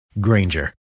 Granger